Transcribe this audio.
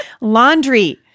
laundry